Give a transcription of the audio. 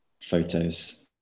photos